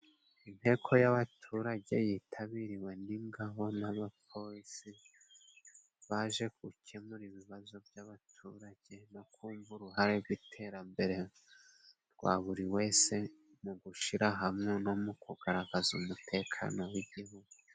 Inteko y'abaturage yitabiriwe n'ingabo n'abapolisi, baje gukemura ibibazo by'abaturage no kumva uruhare rw'iterambere rwa buri wese, mu gushira hamwe no mu kugaragaza umutekano w'igihugu.